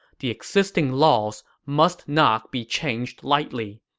the existing laws must not be changed lightly.